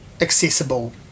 accessible